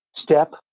Step